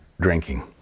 drinking